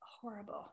horrible